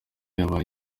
yabaye